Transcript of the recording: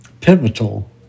pivotal